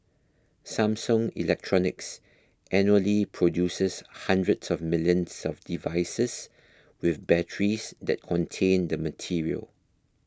Samsung Electronics annually produces hundreds of millions of devices with batteries that contain the material